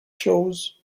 chose